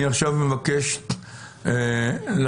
אני עכשיו מבקש לחזור,